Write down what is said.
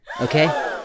Okay